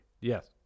Yes